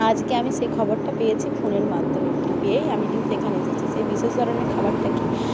আজকে আমি সেই খবরটা পেয়েছি ফোনের মাধ্যমে পেয়েই আমি কিন্তু এখানে এসেছি সেই বিশেষ ধরণের খাবারটা কি